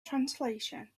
translation